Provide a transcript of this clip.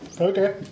Okay